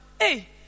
Hey